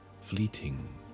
fleeting